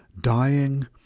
dying